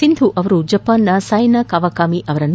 ಸಿಂಧು ಅವರು ಜಪಾನ್ನ Saena Kawakami ಅವರನ್ನು